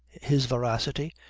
his vivacity,